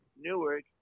Newark